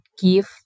give